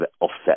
offset